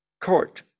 court